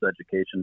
education